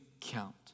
count